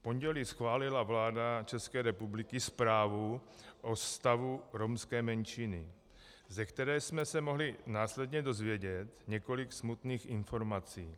V pondělí schválila vláda České republiky zprávu o stavu romské menšiny, ze které jsme se mohli následně dozvědět několik smutných informací.